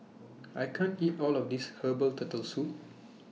I can't eat All of This Herbal Turtle Soup